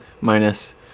minus